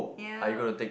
yeah